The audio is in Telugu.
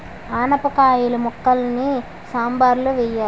ఆనపకాయిల ముక్కలని సాంబారులో వెయ్యాలి